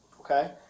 okay